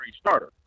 starter